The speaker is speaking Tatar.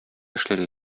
эшләргә